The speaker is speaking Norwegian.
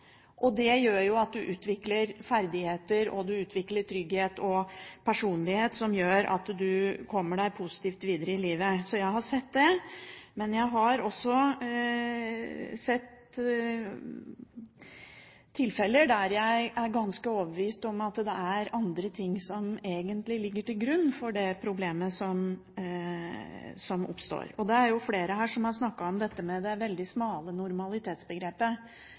det. Det gjør at de utvikler ferdigheter, trygghet og personlighet, som gjør at de kommer seg positivt videre i livet. Jeg har sett det, men jeg har også sett tilfeller der jeg er ganske overbevist om at det er andre ting som egentlig ligger til grunn for problemet som oppstår. Flere har snakket om det veldig smale normalitetsbegrepet